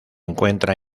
encuentra